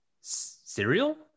Cereal